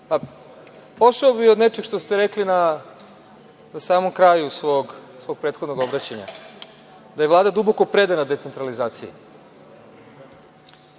pošao bih od nečeg što ste rekli na samom kraju svog prethodnog obraćanja, da je Vlada duboko predana decentralizaciji.